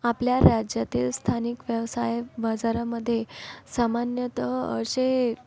आपल्या राज्यातील स्थानिक व्यवसाय बाजारामध्ये सामान्यतः असे